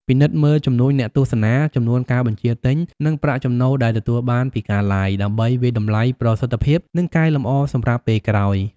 ពិនិត្យមើលចំនួនអ្នកទស្សនា ចំនួនការបញ្ជាទិញ និងប្រាក់ចំណូលដែលទទួលបានពីការ Live ដើម្បីវាយតម្លៃប្រសិទ្ធភាព និងកែលម្អសម្រាប់ពេលក្រោយ។